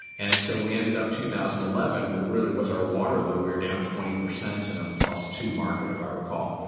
and so we ended up two thousand and eleven really was our waterloo. we're down twenty percent in a plus two market if i recall.